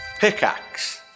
Pickaxe